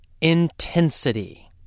Intensity